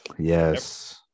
Yes